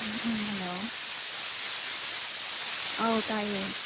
hello ꯑꯧ ꯇꯥꯏꯌꯦ